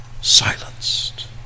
Silenced